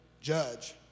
Judge